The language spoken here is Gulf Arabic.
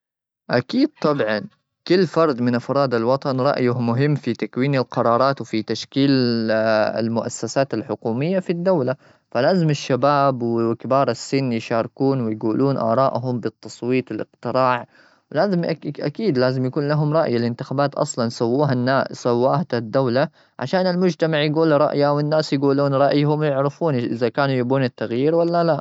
أكيد، طبعا، كل فرد من أفراد الوطن رأيه مهم في تكوين القرارات وفي تشكيل، ال-المؤسسات الحكومية في الدولة. فلازم الشباب وكبار السن يشاركون ويجولون آرائهم بالتصويت والاقتراع. ولازم، أك -أكيد، لازم يكون لهم رأي. الانتخابات أصلا سووها الناس-سواها الدولة؛ عشان المجتمع يجول رأيه، والناس يجولون رأيهم، يعرفون إذا كانوا يبون التغيير ولا لا.